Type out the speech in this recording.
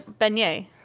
beignet